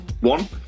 one